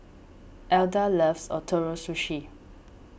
Elda loves Ootoro Sushi